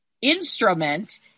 instrument